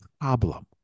problem